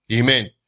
Amen